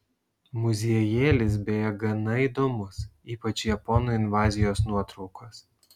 muziejėlis beje gana įdomus ypač japonų invazijos nuotraukos